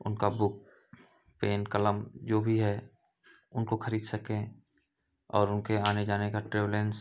उनकी book pen कलम जो भी है उनको खरीद सकें और उनके आने जाने का ट्रेवलेन्स